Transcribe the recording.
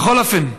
בכל אופן,